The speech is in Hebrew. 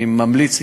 אני ממליץ,